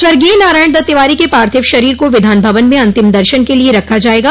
स्वर्गीय नारायण दत्त तिवारी के पार्थिव शरीर को विधान भवन में अन्तिम दर्शन के लिए रखा जायेगा